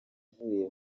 uvuye